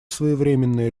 своевременные